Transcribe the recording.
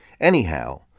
Anyhow